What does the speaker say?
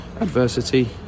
adversity